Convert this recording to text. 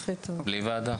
בלי ועדה?